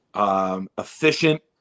Efficient